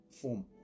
form